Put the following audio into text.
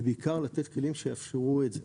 ובעיקר לתת כלים שיאפשרו את זה.